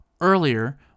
Earlier